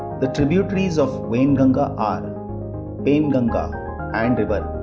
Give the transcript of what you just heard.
the tributaries of wainganga are penganga and but